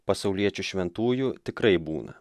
pasauliečių šventųjų tikrai būna